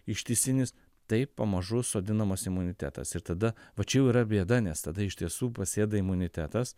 ištisinis taip pamažu sodinamas imunitetas ir tada va čia jau yra bėda nes tada iš tiesų pasėda imunitetas